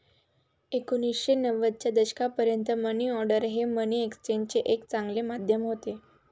एकोणीसशे नव्वदच्या दशकापर्यंत मनी ऑर्डर हे मनी एक्सचेंजचे एक चांगले माध्यम होते